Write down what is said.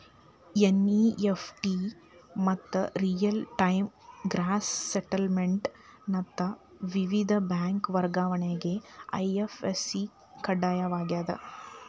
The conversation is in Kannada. ಎನ್.ಇ.ಎಫ್.ಟಿ ಮತ್ತ ರಿಯಲ್ ಟೈಮ್ ಗ್ರಾಸ್ ಸೆಟಲ್ಮೆಂಟ್ ನಂತ ವಿವಿಧ ಬ್ಯಾಂಕ್ ವರ್ಗಾವಣೆಗೆ ಐ.ಎಫ್.ಎಸ್.ಸಿ ಕಡ್ಡಾಯವಾಗ್ಯದ